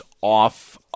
off